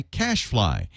cashfly